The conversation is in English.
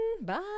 Bye